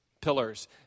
pillars